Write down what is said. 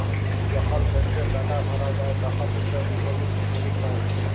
যখল ব্যাংকে টাকা ভরা হ্যায় তখল ইকট ডিপজিট ইস্লিপি পাঁই